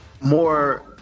more